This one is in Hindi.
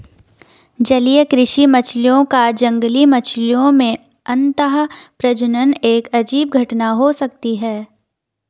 जलीय कृषि मछलियों का जंगली मछलियों में अंतःप्रजनन एक अजीब घटना हो सकती है